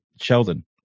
Sheldon